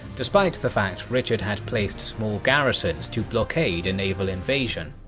despite the fact richard had placed small garrisons to blockade a naval invasion.